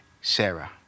Sarah